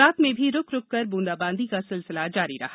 रात में भी रुक रुक कर बूंदाबांदी का सिलसिला जारी रहा